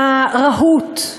אתה רהוט,